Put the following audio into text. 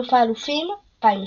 אלוף האלופים 2021,